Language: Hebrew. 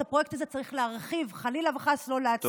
את הפרויקט הזה צריך להרחיב, חלילה וחס לא לעצור.